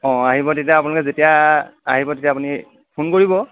অঁ আহিব তেতিয়া আপোনালোকে যেতিয়া আহিব তেতিয়া আপুনি ফোন কৰিব